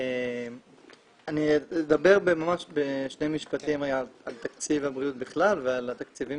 אני אדבר בשני משפטים על תקציב הבריאות בכלל ועל התקציבים